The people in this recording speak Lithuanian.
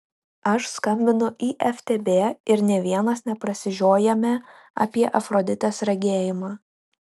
aš skambinu į ftb ir nė vienas neprasižiojame apie afroditės regėjimą